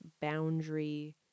boundary